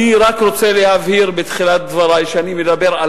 אני רק רוצה להבהיר בתחילת דברי שכשאני מדבר על